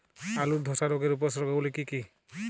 আলুর ধসা রোগের উপসর্গগুলি কি কি?